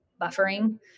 buffering